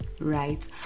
Right